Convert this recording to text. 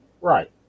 Right